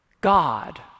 God